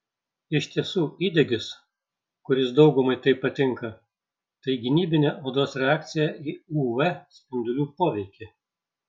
iš tiesų įdegis kuris daugumai taip patinka tai gynybinė odos reakcija į uv spindulių poveikį